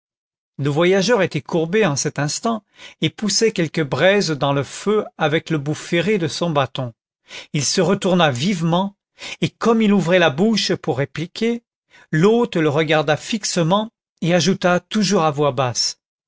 le voyageur était courbé en cet instant et poussait quelques braises dans le feu avec le bout ferré de son bâton il se retourna vivement et comme il ouvrait la bouche pour répliquer l'hôte le regarda fixement et ajouta toujours à voix basse